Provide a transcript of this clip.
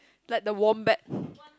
like the wombat